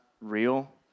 real